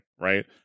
right